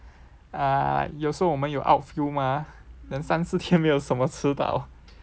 err 有时候我们有 outfield mah then 三四天没有什么吃到